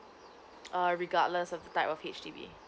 err regardless of the type of H_D_B